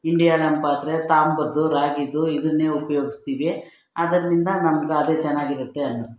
ಇಂಡ್ಯಾಲಮ್ ಪಾತ್ರೆ ತಾಮ್ರದ್ದು ರಾಗಿದು ಇದನ್ನೇ ಉಪಯೋಗಸ್ತೀವಿ ಅದರ್ನಿಂದ ನಮ್ಗೆ ಅದೇ ಚೆನ್ನಾಗಿರುತ್ತೆ ಅನಿಸ್ತು